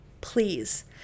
Please